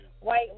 white